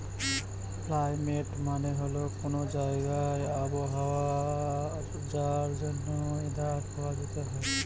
climate মানে হল কোনো জায়গার আবহাওয়া যার জন্য ওয়েদার প্রভাবিত হয়